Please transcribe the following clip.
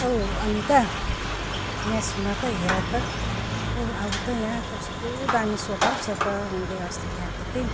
औ अनिता यहाँ सुन त हेर त औ आउ त यहाँ कस्तो दामी सोफा पो छ त मैले अस्ति ल्याएको कि